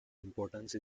importance